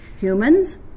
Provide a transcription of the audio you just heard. Humans